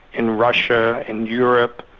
in russia, in europe,